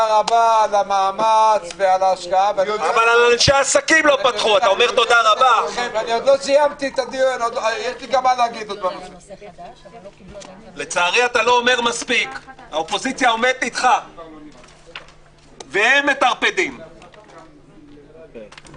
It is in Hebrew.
ננעלה בשעה 12:19.